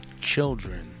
children